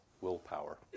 Willpower